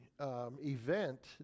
event